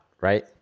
right